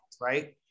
right